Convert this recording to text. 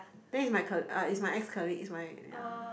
then it's my co~ it's my ex colleague it's my yea